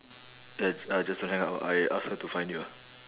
that's uh just don't hang up ah I ask her to find you ah